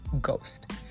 ghost